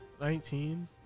Nineteen